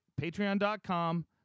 Patreon.com